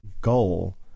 goal